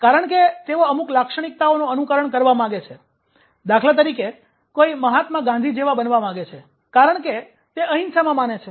કારણ કે તેઓ અમુક લાક્ષણિકતાઓનું અનુકરણ કરવા માગે છે દાખલા તરીકે કોઈ મહાત્મા ગાંધી જેવા બનવા માંગે છે કારણ કે તે અહિંસામાં માને છે